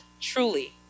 Truly